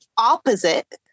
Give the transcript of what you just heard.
opposite